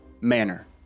manner